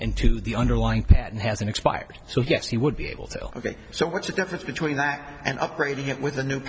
into the underlying patent hasn't expired so yes he would be able to ok so what's the difference between that and upgrading it with a new